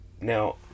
Now